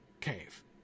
cave